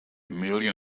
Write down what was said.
million